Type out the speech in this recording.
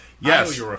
Yes